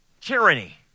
tyranny